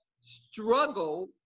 struggle